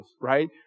right